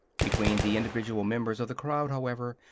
between the individual members of the crowd, however,